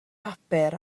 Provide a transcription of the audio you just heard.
papur